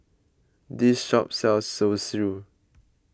this shop sells Zosui